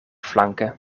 flanke